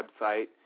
website –